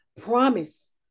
promise